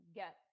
get